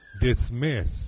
dismiss